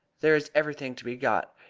there is everything to be got.